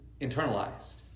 internalized